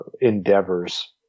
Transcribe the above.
endeavors